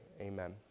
amen